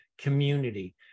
community